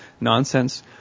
nonsense